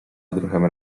odruchem